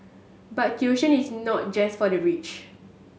but tuition is not just for the rich